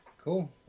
Cool